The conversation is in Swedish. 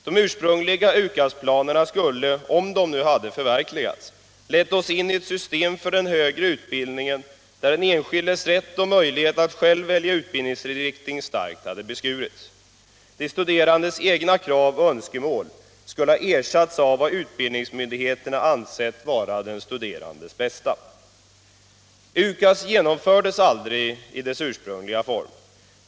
De ursprungliga UKAS-planerna skulle, om dessa hade förverkligats, lett oss in i ett system för den högre utbildningen där den enskildes rätt och möjlighet att själv välja utbildningsinriktning hade starkt beskurits. Den studerandes egna krav och önskemål skulle ha ersatts av vad utbildningsmyndigheterna ansett vara den studerandes bästa. UKAS genomfördes aldrig i dess ursprungliga form.